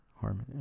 harmony